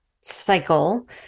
cycle